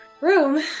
room